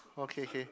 okay